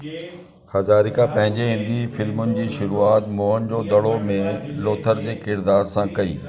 हजारिका पंहिंजे हिंदी फ़िल्मुनि जी शुरूआत मुअनि जो दड़ो में लोथर जे किरदारु सां कई